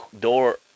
door